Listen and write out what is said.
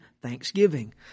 thanksgiving